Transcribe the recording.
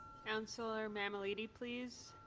counselor mammoliti, please?